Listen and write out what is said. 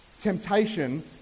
temptation